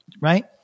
Right